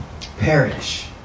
perish